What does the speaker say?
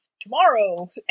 tomorrow